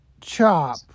CHOP